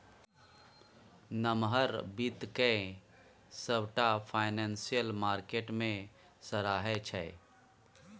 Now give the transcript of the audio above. नमहर बित्त केँ सबटा फाइनेंशियल मार्केट मे सराहै छै